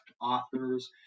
authors